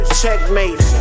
checkmate